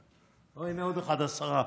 הינה עוד אחד, עשרה.